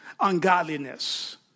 ungodliness